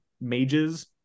mages